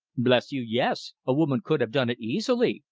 bless you, yes! a woman could have done it easily,